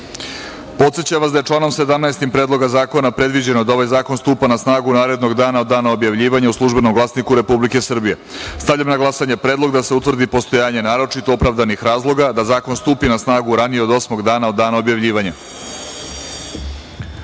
načelu. Podsećam vas, da je članom 17. Predloga zakona predviđeno da ovaj zakon stupa na snagu narednog dana od dana objavljivanja u „Službenom glasniku RS“.Stavljam na glasanje predlog da se utvrdi postojanje naročito opravdanih razloga da zakon stupi na snagu ranije od osmog dana od dana objavljivanja. Zaključujem